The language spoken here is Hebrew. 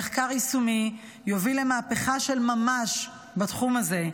ומחקר יישומי יוביל למהפכה של ממש בתחום הזה,